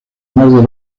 más